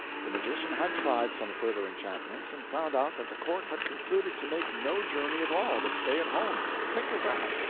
the magician had tried some further enchantments and found out that the court had concluded to make no journey at all, but stay at home. think of that!